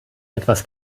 etwas